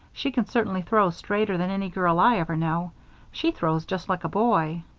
she can certainly throw straighter than any girl i ever knew she throws just like a boy.